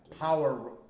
power